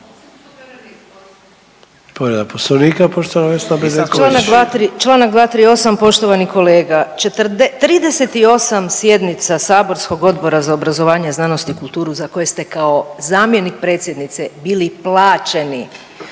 **Bedeković, Vesna (HDZ)** Čl. 238. poštovani kolega, 38 sjednica saborskog Odbora za obrazovanje, znanost i kulturu za koje ste kao zamjenik predsjednice bili plaćeni,